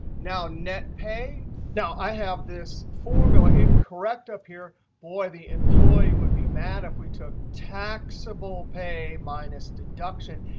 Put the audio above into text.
now net pay now, i have this formula incorrect up here. boy, the employee would be mad if we took taxable pay minus deduction.